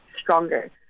stronger